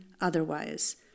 otherwise